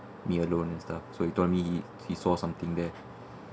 me alone and stuff so he told me he he saw something there